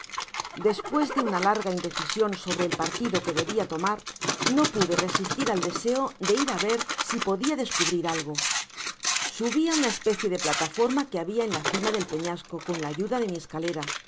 despues de una larga indecision sobre el partido que habia de tomar no pude resistir al deseo de ir á ver si podia descubrir algo subi á una especie de plataforma que habia en la cima del peñasco con la ayuda de mi escalera